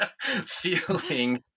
feeling